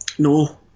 No